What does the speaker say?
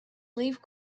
leave